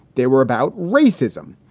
they were about racism.